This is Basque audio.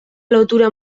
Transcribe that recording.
lotura